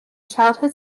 childhood